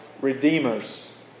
redeemers